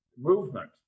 movement